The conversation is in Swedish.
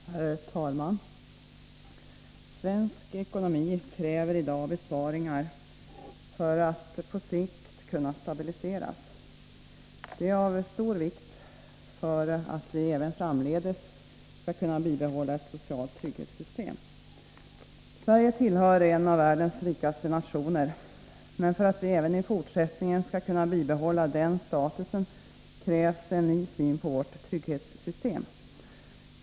Herr talman! Svensk ekonomi kräver i dag besparingar för att på sikt kunna stabiliseras. Detta är av stor vikt för att vi även framdeles skall kunna bibehålla ett socialt trygghetssystem. Sverige är en av världens rikaste nationer, men för att vi även i fortsättningen skall kunna bibehålla den statusen krävs en ny syn på vårt trygghetssystem.